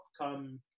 come